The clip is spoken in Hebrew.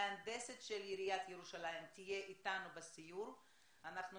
המהנדסת של עיריית ירושלים תהיה איתנו בסיור ואנחנו